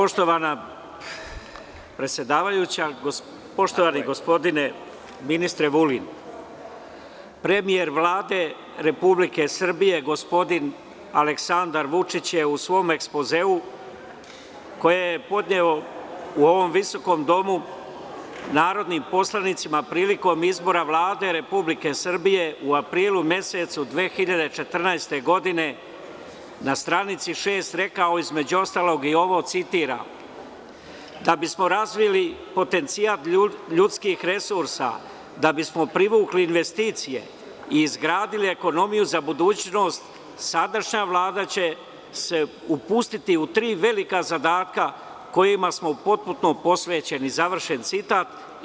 Poštovana predsedavajuća, poštovani gospodine ministre Vulin, premijer Vlade Republike Srbije gospodin Aleksandar Vučić je u svom ekspozeu, koji je podneo u ovom visokom domu narodnim poslanicima, prilikom izbora Vlade Republike Srbije, u aprilu mesecu 2014. godine, na stranici 6, rekao, između ostalog, i ovo, citiram: „Da bismo razvili potencijal ljudskih resursa, da bismo privukli investicije i izgradili ekonomiju za budućnost, sadašnja Vlada će se upustiti u tri velika zadatka kojima smo potpuno posvećeni“, završen citat.